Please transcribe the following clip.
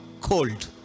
cold